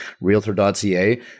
realtor.ca